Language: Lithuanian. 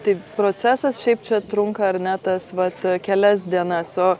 tai procesas šiaip čia trunka ar ne tas vat kelias dienas o